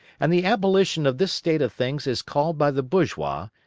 and the abolition of this state of things is called by the bourgeois,